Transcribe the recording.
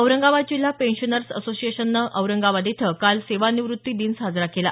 औरंगाबाद जिल्हा पेन्शनर्स असोसिएशननं औरंगाबाद इथं काल सेवानिवृत्ती दिन साजरा केला